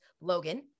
Logan